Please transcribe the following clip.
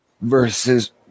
Versus